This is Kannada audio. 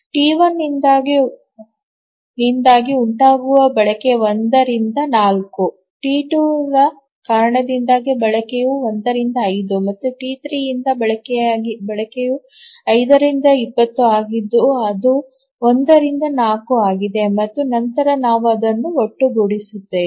ಟಿ 1 ನಿಂದ ಉಂಟಾಗುವ ಬಳಕೆ 1 ರಿಂದ 4 ಟಿ 2 ರ ಕಾರಣದಿಂದಾಗಿ ಬಳಕೆಯು 1 ರಿಂದ 5 ಮತ್ತು ಟಿ 3 ಯಿಂದ ಬಳಕೆಯು 5 ರಿಂದ 20 ಆಗಿದ್ದು ಅದು 1 ರಿಂದ 4 ಆಗಿದೆ ಮತ್ತು ನಂತರ ನಾವು ಅದನ್ನು ಒಟ್ಟುಗೂಡಿಸುತ್ತೇವೆ